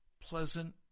pleasant